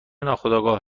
ناخودآگاه